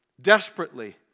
desperately